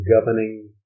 governing